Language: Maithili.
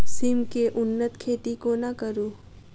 सिम केँ उन्नत खेती कोना करू?